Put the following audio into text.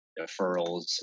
deferrals